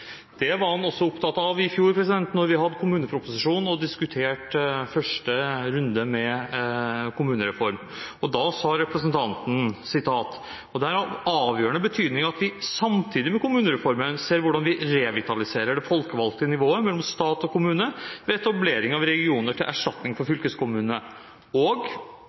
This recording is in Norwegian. Det var han også opptatt av i fjor da vi hadde kommuneproposisjonen og diskuterte første runde med kommunereform. Da sa representanten: «Og det er av avgjørende betydning at vi samtidig med kommunereformen ser på hvordan vi revitaliserer det folkevalgte nivå mellom stat og kommune ved etablering av regioner til erstatning for fylkeskommunene.» Og: